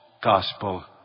gospel